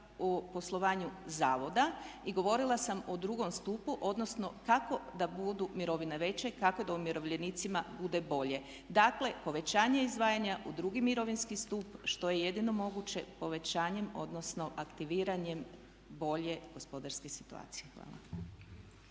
o poslovanju zavoda i govorila sam o drugom stupu, odnosno kako da budu mirovine veće, kako da umirovljenicima bude bolje. Dakle povećanje izdvajanja u drugi mirovinski stup što je jedino moguće povećanjem odnosno aktiviranjem bolje gospodarske situacije. Hvala.